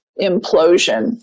implosion